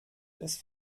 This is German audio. des